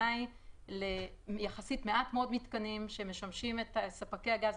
מדובר על מעט מאוד מתקנים שמספקים את ספקי הגז,